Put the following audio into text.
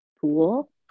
pool